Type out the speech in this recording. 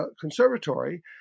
conservatory